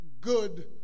good